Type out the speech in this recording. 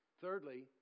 Thirdly